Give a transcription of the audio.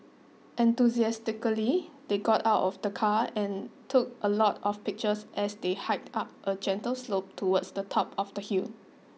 enthusiastically they got out of the car and took a lot of pictures as they hiked up a gentle slope towards the top of the hill